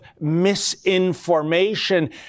misinformation